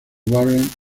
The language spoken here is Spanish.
warren